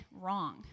wrong